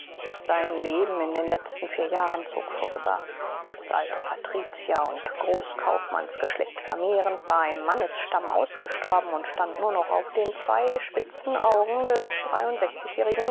sein leben in den letzten vier jahren zog vorüber das alte patrizier und großkaufmannsgeschlecht vermehren war im mannesstamm ausgestorben und stand nur noch auf den zwei spitzen augen des